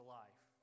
life